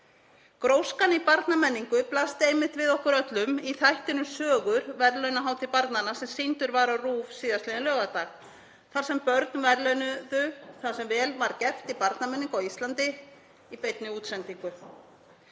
Gróskan í barnamenningu blasti einmitt við okkur öllum í þættinum Sögur, verðlaunahátíð barnanna, sem sýndur var á RÚV síðastliðinn laugardag, þar sem börn verðlaunuðu það sem vel var gert í barnamenningu á Íslandi í beinni útsendingu.